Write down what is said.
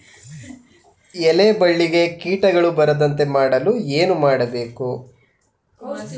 ಎಲೆ ಬಳ್ಳಿಗೆ ಕೀಟಗಳು ಬರದಂತೆ ಮಾಡಲು ಏನು ಮಾಡಬೇಕು?